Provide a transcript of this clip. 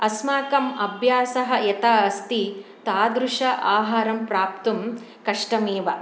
अस्माकम् अभ्यासः यथा अस्ति तादृश आहारं प्राप्तुं कष्टमेव